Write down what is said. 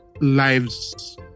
lives